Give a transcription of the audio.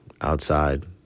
outside